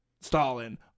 Stalin